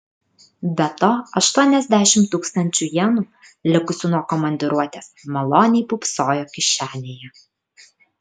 be to aštuoniasdešimt tūkstančių jenų likusių nuo komandiruotės maloniai pūpsojo kišenėje